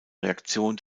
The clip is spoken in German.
reaktion